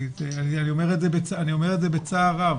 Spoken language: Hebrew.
אני אומר את זה בצער רב.